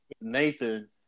Nathan